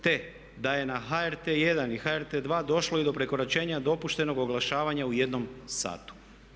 Te da je na HRT 1 i HRT 2 došlo i do prekoračenja dopuštenog oglašavanja u jednom satu.